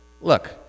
look